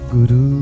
Guru